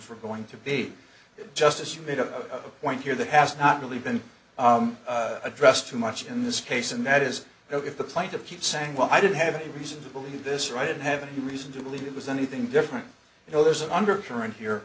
for going to be just as you made a point here that has not really been addressed too much in this case and that is if the plaintiff keeps saying well i did have a reason to believe this or i didn't have a reason to believe it was anything different you know there's an undercurrent here